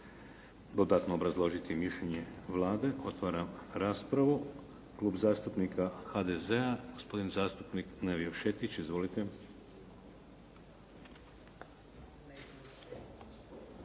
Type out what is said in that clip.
dodatno obrazložiti mišljenje Vlade. Otvaram raspravu. Klub zastupnika HDZ-a, gospodin zastupnik Nevio Šetić. Izvolite.